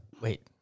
wait